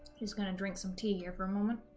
he's gonna drink some tea here for a moment